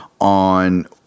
on